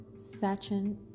Sachin